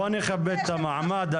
בוא נכבד את המעמד.